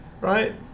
right